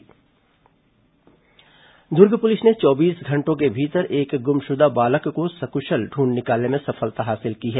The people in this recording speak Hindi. ऑपरेशन मुस्कान दुर्ग पुलिस ने चौबीस घंटों के भीतर एक गुमशुदा बालक को सकुशल ढूंढ निकालने में सफलता हासिल की है